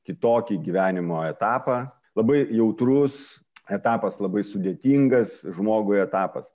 kitokį gyvenimo etapą labai jautrus etapas labai sudėtingas žmogui etapas